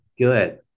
good